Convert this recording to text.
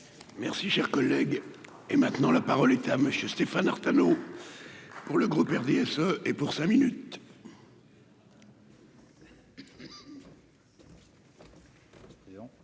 Merci, cher collègue, et maintenant la parole est à monsieur Stéphane Artano pour le groupe RDSE et pour cinq minutes.